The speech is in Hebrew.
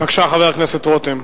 בבקשה, חבר הכנסת דוד רותם.